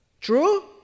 True